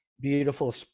beautiful